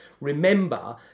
Remember